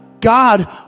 God